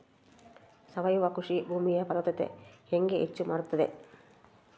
ಸಾವಯವ ಕೃಷಿ ಭೂಮಿಯ ಫಲವತ್ತತೆ ಹೆಂಗೆ ಹೆಚ್ಚು ಮಾಡುತ್ತದೆ?